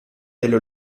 delle